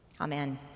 Amen